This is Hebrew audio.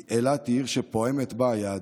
אילת היא עיר שפועמת בה היהדות,